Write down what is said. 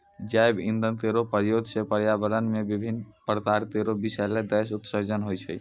जैव इंधन केरो प्रयोग सँ पर्यावरण म विभिन्न प्रकार केरो बिसैला गैस उत्सर्जन होय छै